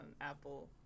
Apple